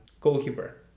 goalkeeper